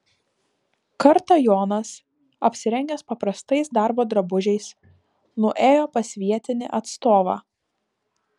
kartą jonas apsirengęs paprastais darbo drabužiais nuėjo pas vietinį atstovą